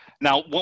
now